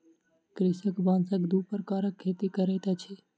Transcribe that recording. कृषक बांसक दू प्रकारक खेती करैत अछि